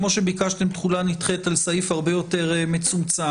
כמו שביקשתם תחולה נדחית על סעיף הרבה יותר מצומצם,